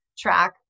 track